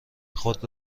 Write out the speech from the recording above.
خود